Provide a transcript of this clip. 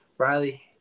Riley